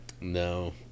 No